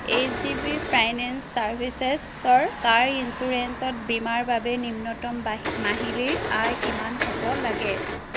H D B finance ছাৰ্ভিচেছৰ car ইঞ্চুৰেঞ্চত বীমাৰ বাবে নিম্নতম বাহি মাহিলী আয় কিমান হ'ব লাগে